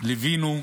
ליווינו